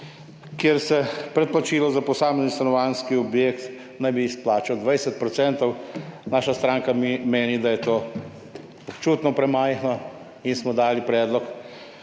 kjer se predplačilo za posamezni stanovanjski objekt naj bi izplačal 20 %. Naša stranka meni, da je to občutno premajhno in smo dali predlog